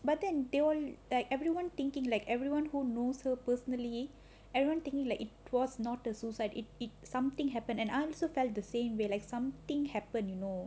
but then they all like everyone thinking like everyone who knows her personally everyone think like it was not a suicide it it something happened and I also felt the same way like something happened you know